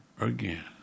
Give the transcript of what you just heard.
again